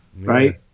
Right